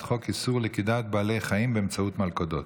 חוק איסור לכידת בעלי חיים באמצעות מלכודות,